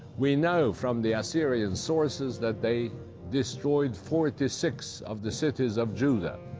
we know from the assyrian sources that they destroyed forty six of the cities of judah.